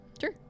sure